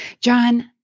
John